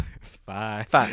five